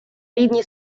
рівні